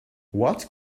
what